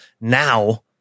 Now